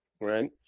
right